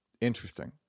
Interesting